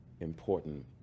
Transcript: important